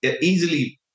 easily